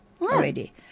already